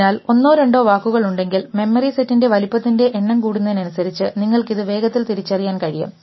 അതിനാൽ ഒന്നോ രണ്ടോ വാക്കുകൾ ഉണ്ടെങ്കിൽ മെമ്മറി സെറ്റിന്റെ വലുപ്പത്തിന്റെ എണ്ണം കൂടുന്നതിനനുസരിച്ച് നിങ്ങൾക്ക് ഇത് വേഗത്തിൽ തിരിച്ചറിയാൻ കഴിയും